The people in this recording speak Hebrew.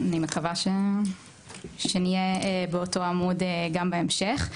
אני מקווה שנהיה באותו עמוד גם בהמשך.